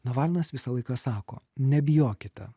navalnas visą laiką sako nebijokite